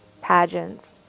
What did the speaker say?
pageants